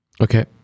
Okay